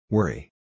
Worry